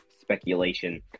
speculation